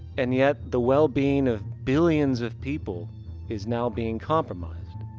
and yet the well being of billions of people is now being compromised.